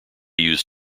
use